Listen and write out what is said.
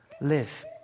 live